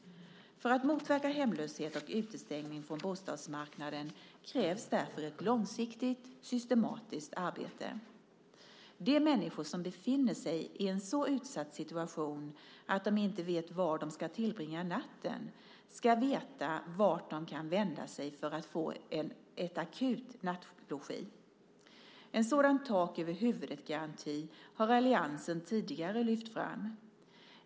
För att motverka hemlöshet och utestängning från bostadsmarknaden krävs därför ett långsiktigt systematiskt arbete. De människor som befinner sig i en så utsatt situation att de inte vet var de ska tillbringa natten ska veta vart de kan vända sig för att få akut nattlogi. En sådan tak-över-huvudet-garanti har alliansen tidigare lyft fram.